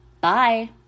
Bye